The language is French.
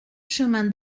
chemin